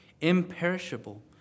imperishable